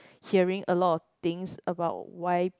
hearing a lot of things about why